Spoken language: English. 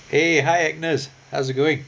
hey hi agnes how's it going